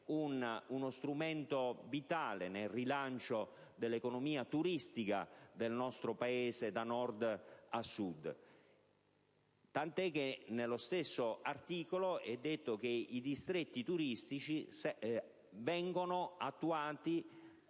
uno strumento vitale per il rilancio dell'economia turistica del nostro Paese, da Nord a Sud; tant'è che nello stesso articolo si dice anche che i distretti turistici vengono attuati